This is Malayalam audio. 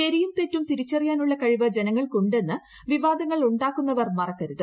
ശരിയും തെറ്റും തിരിച്ചറിയാനുള്ള കഴിവ് ജനങ്ങൾക്കുണ്ടെന്ന് വിവാദങ്ങൾ ഉണ്ടാക്കുന്നവർ മറക്കരുത്